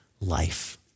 life